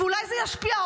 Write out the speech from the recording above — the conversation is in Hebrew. ואולי זה ישפיע,